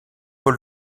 paul